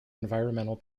environmental